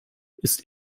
ist